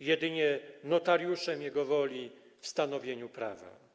jedynie notariuszem jego woli w stanowieniu prawa.